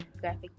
graphic